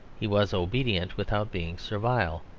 he was obedient without being servile,